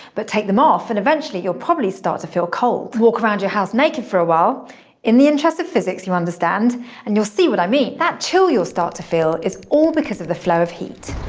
but take them off, and eventually you'll probably start to feel cold. walk around your house naked for a while in the interest of physics, you understand and you'll see what i mean. that chill you'll start to feel is all because of the flow of heat.